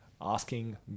asking